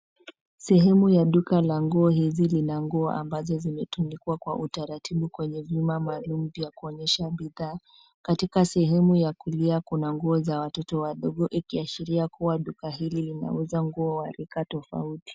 Sehemu ya duka la nguo hizi, lina nguo ambazo zimetundikwa kwa utaratibu kwenye vyuma maalum vya kuonyesha bidhaa. Katika sehemu ya kulia, kuna nguo za watoto wadogo ikiashiria kuwa duka hili linauza nguo ya rika tofauti.